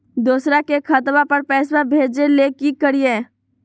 दोसर के खतवा पर पैसवा भेजे ले कि करिए?